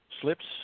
slips